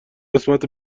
قسمت